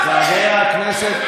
גזענים קטנים.